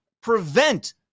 prevent